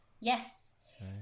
Yes